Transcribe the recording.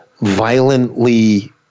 violently